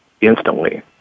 instantly